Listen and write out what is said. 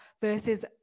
versus